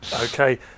okay